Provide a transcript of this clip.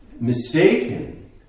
mistaken